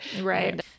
Right